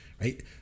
Right